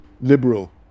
liberal